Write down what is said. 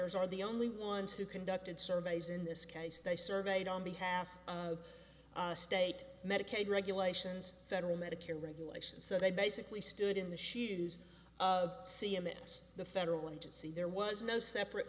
rs are the only ones who conducted surveys in this case they surveyed on behalf of state medicaid regulations federal medicare regulation so they basically stood in the shoes of c m s the federal agency there was no separate